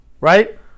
Right